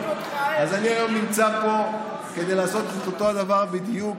אז אני היום נמצא פה כדי לעשות את אותו הדבר בדיוק.